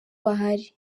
bahari